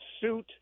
suit